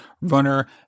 RUNNER